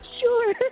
sure